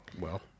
Well-